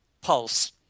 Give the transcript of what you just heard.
pulse